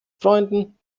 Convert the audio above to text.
freunden